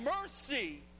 mercy